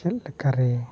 ᱪᱮᱫ ᱞᱮᱠᱟᱨᱮ